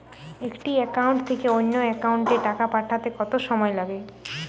একটি একাউন্ট থেকে অন্য একাউন্টে টাকা পাঠাতে কত সময় লাগে?